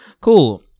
cool